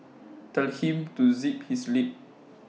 tell him to zip his lip